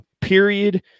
period